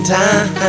time